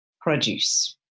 produce